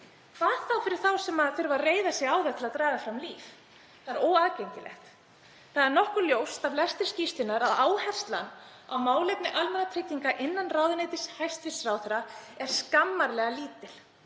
hvað þá fyrir þá sem þurfa að reiða sig á þær til að draga fram lífið. Það er óaðgengilegt. Það er nokkuð ljóst af lestri skýrslunnar að áherslan á málefni almannatrygginga innan ráðuneytis hæstv. ráðherra er skammarlega lítil